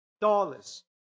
dollars